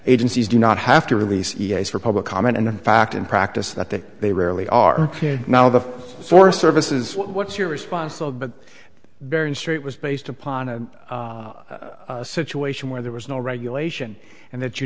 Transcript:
agencies do not have to release for public comment and in fact in practice that they rarely are now the forest service is what's your response oh but bering strait was based upon a situation where there was no regulation and that you